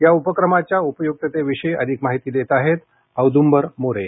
या उपक्रमाच्या उपयुक्ततेविषयी अधिक माहिती देत आहेत औद्ंबर मोरे